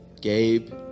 Gabe